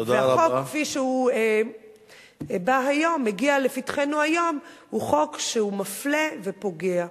החוק כפי שהוא מגיע לפתחנו היום הוא חוק מפלה ופוגע.